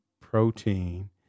protein